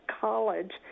college